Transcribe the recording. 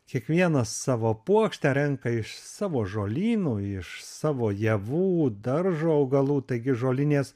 kiekvienas savo puokštę renka iš savo žolynų iš savo javų daržo augalų taigi žolinės